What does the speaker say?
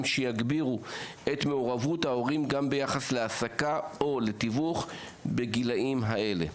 שיגבירו את מעורבות ההורים גם ביחס להעסקה או לתיווך בגילאים האלה.